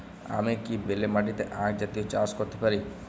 আমি কি বেলে মাটিতে আক জাতীয় চাষ করতে পারি?